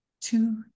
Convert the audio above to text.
Two